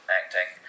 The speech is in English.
acting